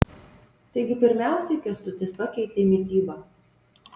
taigi pirmiausiai kęstutis pakeitė mitybą